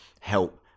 help